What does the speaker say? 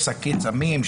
שיש שקית סמים,